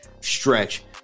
stretch